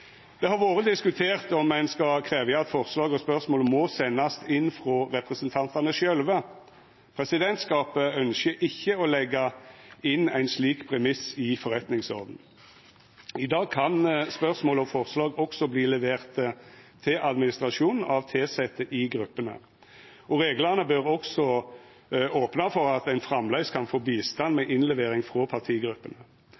Det har vore diskutert om ein skal krevja at forslag og spørsmål må sendast inn av representantane sjølve. Presidentskapet ønskjer ikkje å leggja inn ein slik premiss i forretningsordenen. I dag kan spørsmål og forslag også verta leverte til administrasjonen av tilsette i gruppene, og reglane bør også opna for at ein framleis kan få bistand